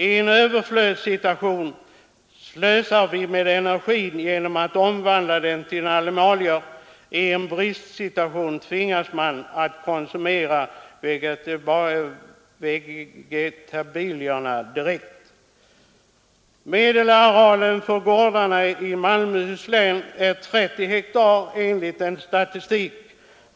I en överflödssituation slösar vi med energi genom att omvandla den i animalier, i en bristsituation tvingas man att konsumera vegetabilierna direkt. Medelarealen för gårdarna i Malmöhus län är 30 hektar, enligt en statistik.